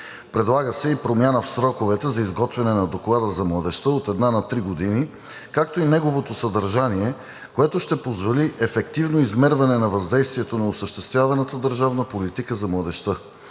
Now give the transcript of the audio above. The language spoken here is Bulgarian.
Предлага се и промяна в сроковете за изготвяне на доклада за младежта от 1 на 3 години, както и неговото съдържание, което ще позволи ефективно измерване на въздействието на осъществяваната държавна политика за младежта.